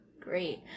great